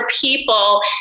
people